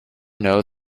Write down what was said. know